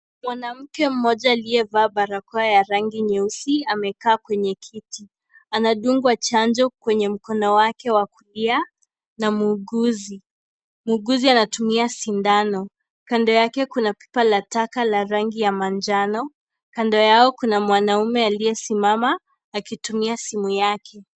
Mwanamke mmoja aliyevaa barakoa ya rangi nyeusi amekaa kwenye kiti. Anadungwa chanjo kwenye mkono wake wa kulia na muuguzi. Muuguzi anatumia sindano. Kando yake Kuna pipa ya taka ya rangi ya manjano, kando yao Kuna mwanaume aliye simama akitumia simu yake.